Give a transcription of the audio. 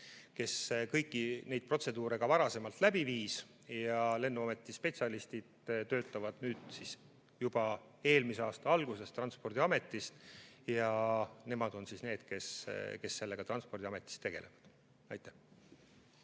kes kõiki neid protseduure ka varasemalt läbi viis. Lennuameti spetsialistid töötavad juba eelmise aasta algusest Transpordiametis ja nemad on need, kes sellega Transpordiametis tegelevad. Aitäh!